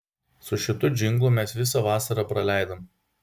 su šitu džinglu mes visą vasarą praleidom